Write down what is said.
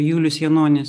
julius janonis